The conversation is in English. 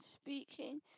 speaking